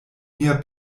mia